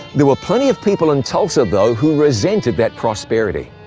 there were plenty of people in tulsa, though, who resented that prosperity,